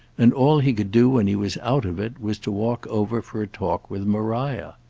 and all he could do when he was out of it was to walk over for a talk with maria.